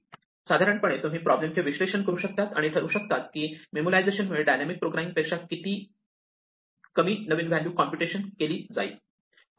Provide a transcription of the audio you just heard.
सर्वसाधारणपणे तुम्ही प्रॉब्लेमचे विश्लेषण करू शकता आणि ठरवू शकता की मेमोलायझेशनमुळे डायनॅमिक प्रोग्रामिंगपेक्षा कमी नवीन व्हॅल्यू कॉम्प्युटेशन केली जाईल